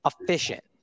efficient